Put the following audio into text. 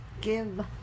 give